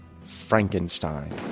Frankenstein